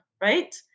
right